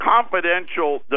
confidential